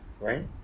right